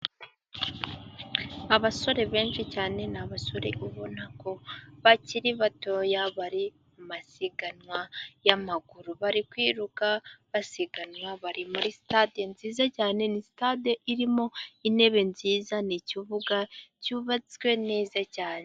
Abasore benshi cyane, ni abasore ubona ko bakiri batoya bari masiganwa y'amaguru, bari kwiruka basiganwa, bari muri sitade nziza cyane, ni sitade irimo intebe nziza, ni ikibuga cyubatswe neza cyane.